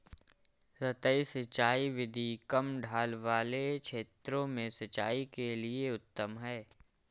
सतही सिंचाई विधि कम ढाल वाले क्षेत्रों में सिंचाई के लिए उत्तम है